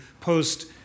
post